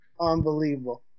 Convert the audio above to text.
Unbelievable